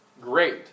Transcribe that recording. great